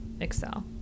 excel